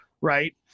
right